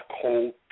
cold